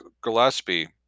gillespie